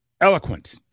eloquent